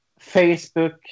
Facebook